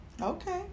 okay